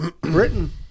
Britain